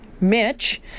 Mitch